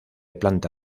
planta